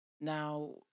Now